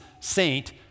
saint